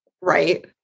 right